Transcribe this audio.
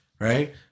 right